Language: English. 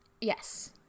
Yes